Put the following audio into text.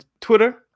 Twitter